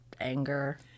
anger